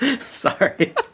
Sorry